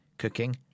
cooking